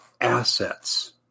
assets